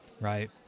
Right